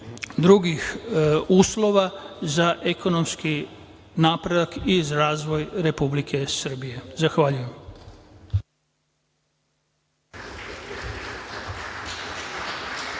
drugih uslova za ekonomski napredak i razvoj Republike Srbije. Zahvaljujem.